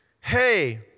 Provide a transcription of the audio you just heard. hey